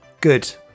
Good